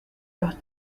los